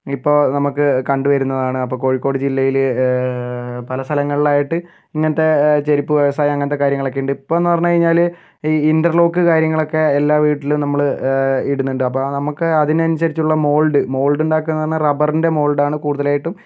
ഇപ്പോൾ നമുക്ക് കണ്ടുവരുന്നതാണ് അപ്പോൾ കോഴിക്കോട് ജില്ലയിൽ പല സ്ഥലങ്ങളിലായിട്ട് ഇങ്ങനത്തെ ചെരുപ്പ് വ്യവസായം അങ്ങനത്തെ കാര്യങ്ങളൊക്കെയുണ്ട് ഇപ്പം എന്ന് പറഞ്ഞു കഴിഞ്ഞാൽ ഈ ഇൻ്റർലോക്ക് കാര്യങ്ങളൊക്കെ എല്ലാ വീട്ടിലും നമ്മൾ ഇടുന്നുണ്ട് അപ്പോൾ നമുക്ക് ആ അതിനനുസരിച്ചുള്ള മോൾഡ് മോൾഡുണ്ടാക്കുകയെന്ന് പറഞ്ഞാൽ റബറിൻ്റെ മോൾഡാണ് കൂടുതലായിട്ടും